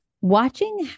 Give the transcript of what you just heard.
Watching